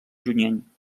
junyent